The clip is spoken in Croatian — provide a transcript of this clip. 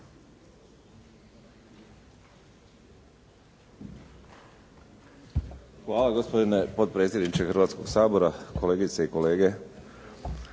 Hvala. Gospodine potpredsjedniče Hrvatskoga sabora, kolegice i kolege.